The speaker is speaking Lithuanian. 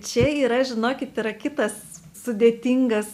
čia yra žinokit yra kitas sudėtingas